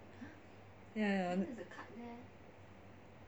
ya ya